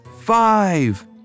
Five